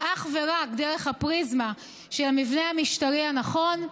אך ורק דרך הפריזמה של המבנה המשטרי הנכון,